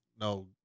No